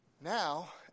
now